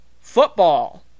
Football